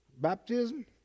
baptism